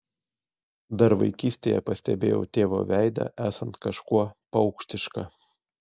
dar vaikystėje pastebėjau tėvo veidą esant kažkuo paukštišką